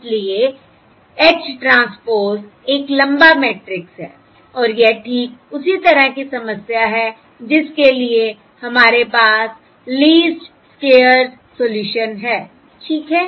इसलिए H transpose एक लंबा मैट्रिक्स है और यह ठीक उसी तरह की समस्या है जिसके लिए हमारे पास लीस्ट स्क्वेयर्स सोल्यूशन है ठीक है